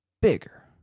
bigger